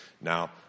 now